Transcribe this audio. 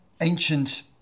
ancient